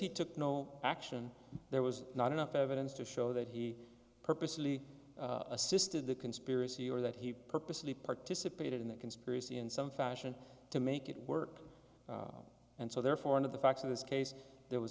he took no action there was not enough evidence to show that he purposely assisted the conspiracy or that he purposely participated in the conspiracy in some fashion to make it work and so therefore of the facts of this case there was